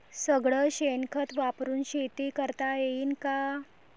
सगळं शेन खत वापरुन शेती करता येईन का?